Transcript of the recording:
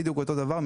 בדיוק לאותו הדבר,